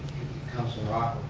councilor morocco,